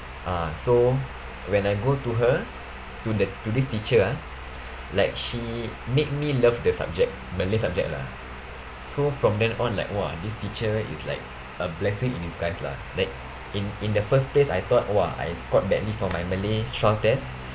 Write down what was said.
ah so when I go to her to the to this teacher ah like she make me love the subject malay subject lah so from then on like !wah! this teacher is like a blessing in disguise lah like in in the first place I thought !wah! I scored badly for my malay trial test